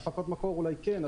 הפקות מקור אולי כן,